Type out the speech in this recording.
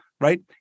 Right